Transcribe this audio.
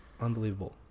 Unbelievable